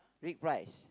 with prize